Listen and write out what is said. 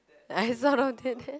I sort of did that